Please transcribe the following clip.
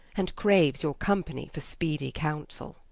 and craues your company, for speedy counsell